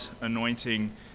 anointing